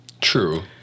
True